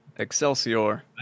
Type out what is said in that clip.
Excelsior